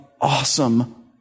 awesome